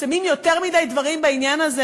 מתפרסמים יותר מדי דברים בעניין הזה,